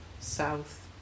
south